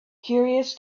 curious